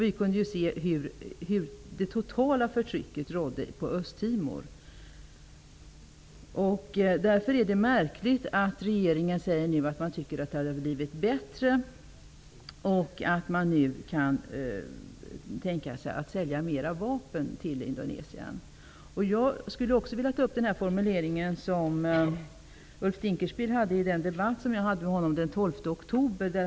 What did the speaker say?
Vi kunde se hur det totala förtrycket rådde på Därför är det märkligt att regeringen nu säger att man tycker att det har blivit bättre och att man nu kan tänka sig att sälja mera vapen till Indonesien. Jag skulle också vilja ta upp Ulf Dinkelspiels formulering i den debatt jag hade med honom den 12 oktober.